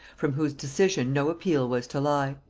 from whose decision no appeal was to lie.